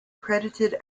credited